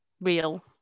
real